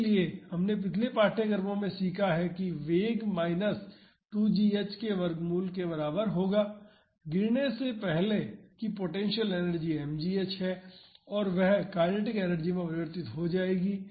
इसलिए हमने पिछले पाठ्यक्रमों में सीखा है कि वेग माइनस 2 g h के वर्गमूल के बराबर होगा गिरने से पहले की potential energy m g h है और वह काइनेटिक एनर्जी में परिवर्तित हो जाएगी